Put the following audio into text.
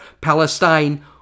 Palestine